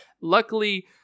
Luckily